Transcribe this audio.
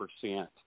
percent